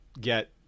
get